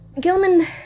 gilman